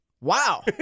Wow